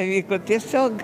įvyko tiesiog